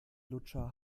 lutscher